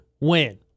win